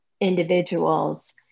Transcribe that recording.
individuals